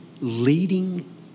leading